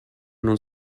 non